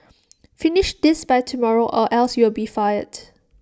finish this by tomorrow or else you'll be fired